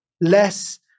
less